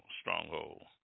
stronghold